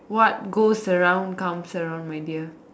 what goes around comes around my dear